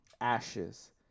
ashes